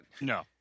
No